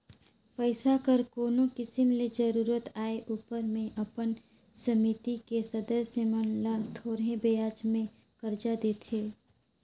पइसा कर कोनो किसिम ले जरूरत आए उपर में अपन समिति के सदस्य मन ल थोरहें बियाज में करजा देथे